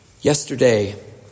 Yesterday